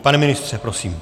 Pane ministře, prosím.